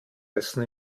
essen